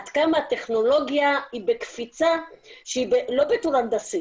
עד כמה הטכנולוגיה היא בקפיצה שהיא לא בטור הנדסי